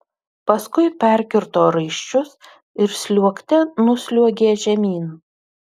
paskui perkirto raiščius ir sliuogte nusliuogė žemyn